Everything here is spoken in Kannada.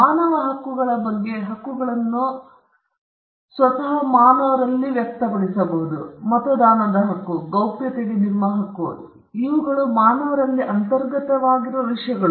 ಮಾನವ ಹಕ್ಕುಗಳ ಬಗ್ಗೆ ಹಕ್ಕುಗಳನ್ನು ಸ್ವತಃ ಮಾನವರಲ್ಲಿ ವ್ಯಕ್ತಪಡಿಸಬಹುದು ಮತದಾನದ ಹಕ್ಕು ಗೌಪ್ಯತೆಗೆ ನಿಮ್ಮ ಹಕ್ಕನ್ನು ಇವುಗಳು ಮಾನವರಲ್ಲಿ ಅಂತರ್ಗತವಾಗಿರುವ ವಿಷಯಗಳು